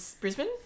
Brisbane